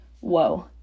Whoa